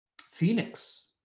phoenix